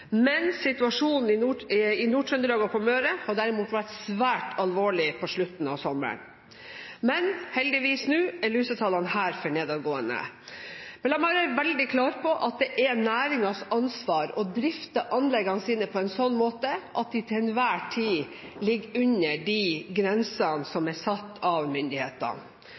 men situasjonen i Nord-Trøndelag og på Møre har derimot vært svært alvorlig på slutten av sommeren. Heldigvis er lusetallene her for nedadgående nå. La meg bare være veldig klar på at det er næringens ansvar å drifte anleggene på en slik måte at de til enhver tid ligger under de grensene som er satt av myndighetene.